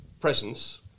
Presence